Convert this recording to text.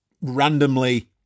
randomly